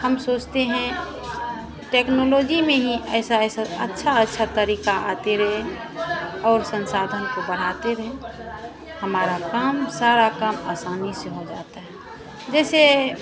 हम सोचते हैं टेक्नोलॉजी में ही ऐसे ऐसे अच्छा अच्छा तरीक़े आते रहे और संसाधन को बढ़ाते रहें हमारा काम सारा काम आसानी से हो जाता है जैसे